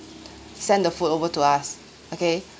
send the food over to us okay